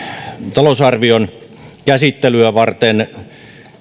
talousarvion käsittelyä varten